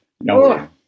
No